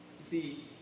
see